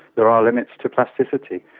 there are limits to plasticity,